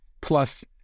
Plus